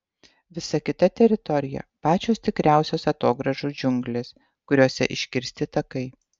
visa kita teritorija pačios tikriausios atogrąžų džiunglės kuriose iškirsti takai